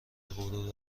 غرور